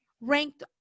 ranked